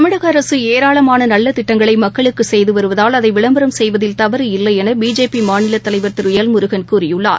தமிழகஅரசுஏராளமானநல்லதிட்டங்களைமக்களுக்குசெய்துவருவதால் அதைவிளம்பரம் செய்வதில் தவறு இல்லைன்பிஜேபி மாநிலத்தலைவர் திருஎல் முருகன் கூறியுள்ளார்